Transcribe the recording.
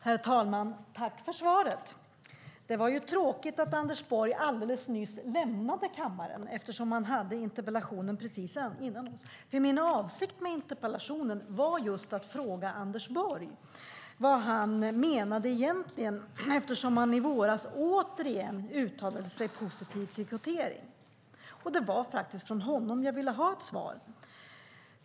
Herr talman! Tack för svaret, Maria Arnholm! Det var tråkigt att Anders Borg alldeles nyss lämnade kammaren. Han svarade ju på interpellationen precis före den här. Min avsikt med interpellationen var just att fråga Anders Borg vad han egentligen menade när han i våras återigen uttalade sig positivt om kvotering. Det var faktiskt från honom jag ville ha ett svar.